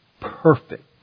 perfect